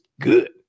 good